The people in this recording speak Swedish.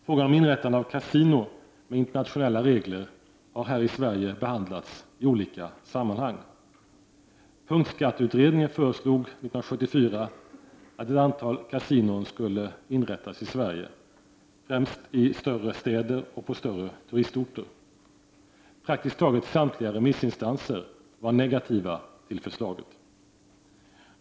Frågan om inrättande av kasino med internationella regler har här i Sverige behandlats i olika sammanhang. Punktskatteutredningen föreslog år 1974 att ett antal kasinon skulle inrättas i Sverige, främst i större städer och på större turistorter. Vid remissbehandlingen var praktiskt taget samtliga remissinstanser negativa till förslaget.